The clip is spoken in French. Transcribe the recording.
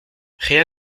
rien